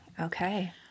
Okay